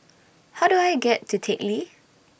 How Do I get to Teck Lee